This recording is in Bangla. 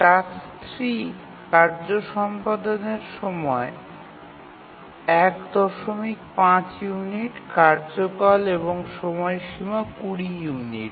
টাস্ক 3 কার্য সম্পাদনের সময় ১৫ ইউনিট কার্যকাল এবং সময়সীমা ২০ ইউনিট